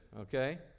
okay